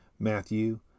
Matthew